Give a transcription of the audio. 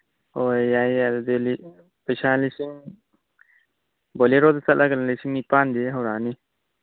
ꯍꯣꯏ ꯌꯥꯏ ꯌꯥꯏ ꯌꯥꯏ ꯑꯗꯨꯗꯤ ꯄꯩꯁꯥ ꯂꯤꯁꯤꯡ ꯕꯣꯂꯦꯔꯣꯗ ꯆꯠꯂꯒꯅ ꯂꯤꯁꯤꯡ ꯅꯤꯄꯥꯟꯗꯩ ꯍꯧꯔꯛꯑꯅꯤ